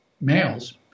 males